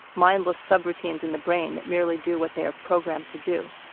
mindless sub-routines in the brain that merely do what they are programmed to do.